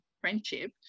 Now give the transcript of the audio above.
friendship